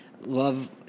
love –